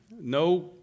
no